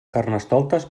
carnestoltes